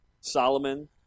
Solomon